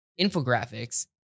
infographics